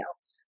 else